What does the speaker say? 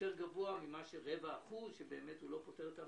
יותר גבוה מרבע אחוז שלא פותר את הבעיה.